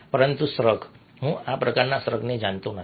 પરંતુ શ્રગ હું આ પ્રકારના શ્રગને જાણતો નથી